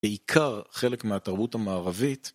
בעיקר חלק מהתרבות המערבית.